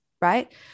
right